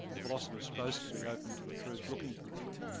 a philosopher's supposed to be open to the truth, looking to the truth.